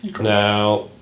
Now